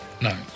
No